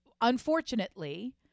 unfortunately